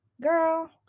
girl